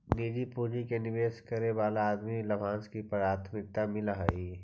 निजी पूंजी के निवेश करे वाला आदमी के लाभांश में प्राथमिकता मिलऽ हई